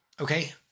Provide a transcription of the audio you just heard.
Okay